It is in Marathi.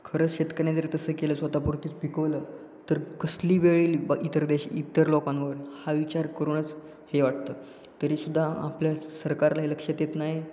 खरंच शेतकऱ्याने जर तसं केलं स्वतःपुरतीच पिकवलं तर कसली वेळ येईल बा इतर देश इतर लोकांवर हा विचार करूनच हे वाटतं तरी सुद्धा आपल्या सरकारला हे लक्ष देत नाही